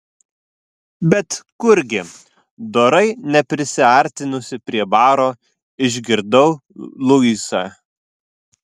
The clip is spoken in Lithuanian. bet kurgi dorai neprisiartinusi prie baro išgirdau luisą